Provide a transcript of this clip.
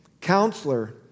counselor